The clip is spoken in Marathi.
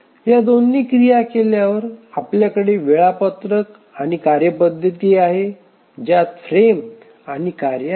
या दोन्ही क्रिया केल्यावर आपल्याकडे वेळापत्रक आणि कार्यपद्धती आहे ज्यात फ्रेम आणि कार्ये आहेत